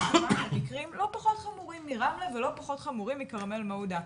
יש מקרים לא פחות חמורים מרמלה ולא פחות חמורים מכרמל מעודה.